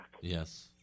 Yes